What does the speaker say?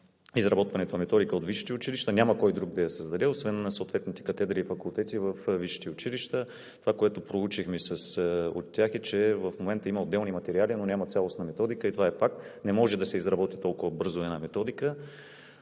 изработването на методика от висшите училища. Няма кой друг да я създаде освен съответните катедри и факултети във висшите училища. Това, което проучихме от тях, е, че в момента има отделни материали, но няма цялостна методика, и това е факт. Не може да се изработи толкова бързо една методика.